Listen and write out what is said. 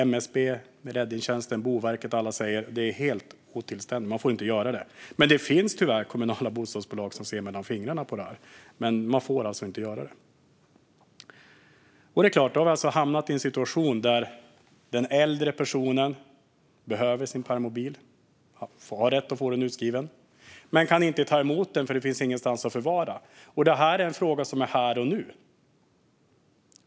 MSB, räddningstjänsten och Boverket säger alla att det är helt otillständigt; man får inte göra det. Det finns tyvärr dock kommunala bostadsbolag som ser mellan fingrarna med det här, men man får alltså inte göra det. Vi har hamnat i en situation där en äldre person som behöver en permobil och har rätt att få en sådan utskriven inte kan ta emot den för att det inte finns någonstans att förvara den. Detta är en fråga som är här och nu.